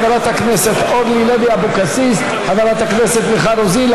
חברת הכנסת אורלי לוי אבקסיס וחברת הכנסת מיכל רוזין,